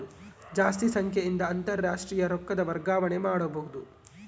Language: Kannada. ಜಾಸ್ತಿ ಸಂಖ್ಯೆಯಿಂದ ಅಂತಾರಾಷ್ಟ್ರೀಯ ರೊಕ್ಕದ ವರ್ಗಾವಣೆ ಮಾಡಬೊದು